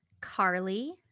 Carly